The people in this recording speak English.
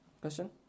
Question